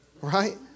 right